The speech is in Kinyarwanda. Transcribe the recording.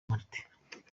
marthe